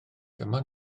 dyma